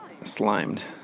slimed